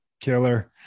killer